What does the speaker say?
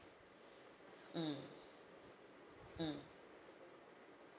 mm mm